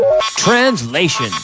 Translation